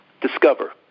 Discover